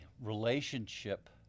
relationship